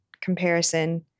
Comparison